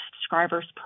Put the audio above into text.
subscribers